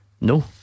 No